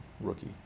rookie